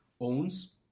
owns